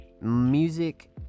music